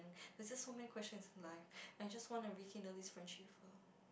there's just so many questions in life I just want to rekindle this friendship with her